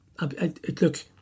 Look